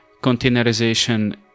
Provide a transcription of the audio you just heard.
Containerization